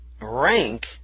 rank